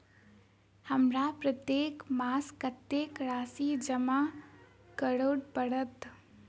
हमरा प्रत्येक मास कत्तेक राशि जमा करऽ पड़त?